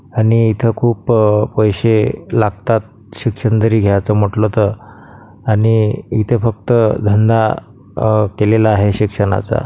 आणि इथं खूप पैसे लागतात शिक्षण जरी घ्यायचं म्हटलं तर आणि इथे फक्त धंदा केलेला आहे शिक्षणाचा